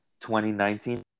2019